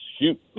shoot